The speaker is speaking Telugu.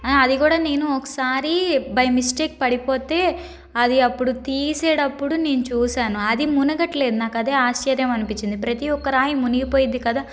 అది కూడా నేను ఒకసారి బై మిస్టేక్ పడిపోతే అది అప్పుడు తీసేటప్పుడు నేను చూసాను అది మునగట్లేదు నాకదే ఆశ్చర్యం అనిపించింది ప్రతి ఒక్క రాయి మునిగిపోయిద్ది కదా